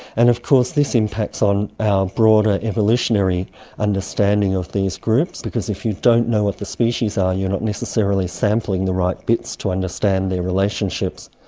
and of course this impacts on our broader evolutionary understanding of these groups, because if you don't know what the species are you are not necessarily sampling the right bits to understand their relationships.